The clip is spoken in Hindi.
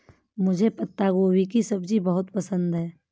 मुझे पत्ता गोभी की सब्जी बहुत पसंद है